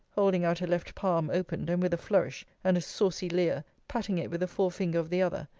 holding out her left palm opened, and with a flourish, and a saucy leer, patting it with the fore finger of the other,